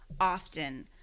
often